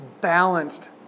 balanced